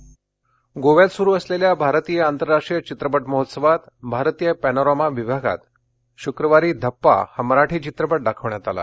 IFFI गोव्यात सुरु असलेल्या भारतीय आंतरराष्ट्रीय चित्रपट महोत्सवात भारतीय पॅनोरामा विभागात शुक्रवारी घप्पा हा मराठी चित्रपट दाखवण्यात आला